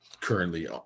currently